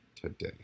today